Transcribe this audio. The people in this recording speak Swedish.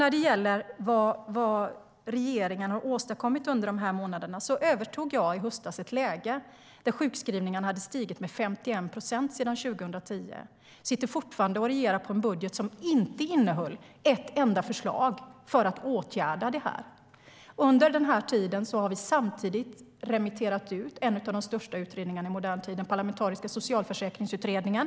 När det gäller vad regeringen har åstadkommit under de här månaderna övertog jag i höstas ett läge där sjukskrivningarna hade stigit med 51 procent sedan 2010. Vi sitter fortfarande och regerar med en budget som inte innehöll ett enda förslag för att åtgärda detta. Under den här tiden har vi samtidigt remitterat ut en av de största utredningarna i modern tid, den parlamentariska socialförsäkringsutredningen.